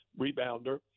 rebounder